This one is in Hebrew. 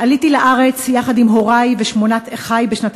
עליתי לארץ יחד עם הורי ושמונת אחי בשנת